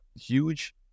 huge